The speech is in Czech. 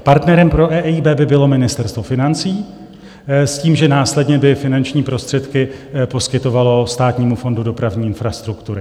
Partnerem pro EIB by bylo Ministerstvo financí s tím, že následně by finanční prostředky poskytovalo Státnímu fondu dopravní infrastruktury.